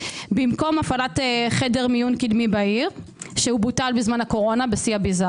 במקום הפעלת חדר מיון קדמי בעיר שבוטל בקורונה בשיא ההזיה